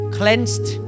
cleansed